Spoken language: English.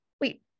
wait